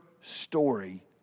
story